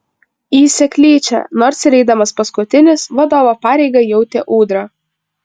į seklyčią nors ir eidamas paskutinis vadovo pareigą jautė ūdra